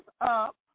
up